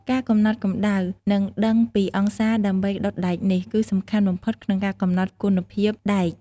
ការកំណត់កម្ដៅ និងដឹងពីអង្សារដើម្បីដុតដែកនេះ គឺសំខាន់បំផុតក្នុងការកំណត់គុណភាពដែក។